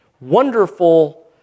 Wonderful